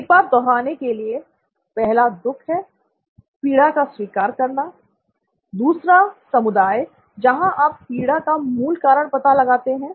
एक बार दोहराने के लिए पहला दुख है पीड़ा का स्वीकार करना दूसरा समुदाय जहां आप पीड़ा का मूल कारण पता लगाते हैं